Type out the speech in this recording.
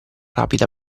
rapida